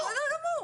רוצה?